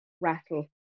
rattle